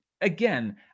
again